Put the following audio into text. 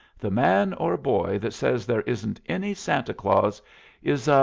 the man or boy that says there isn't any santa claus is a